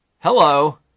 Hello